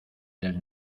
del